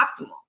optimal